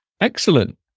Excellent